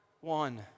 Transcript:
one